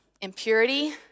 impurity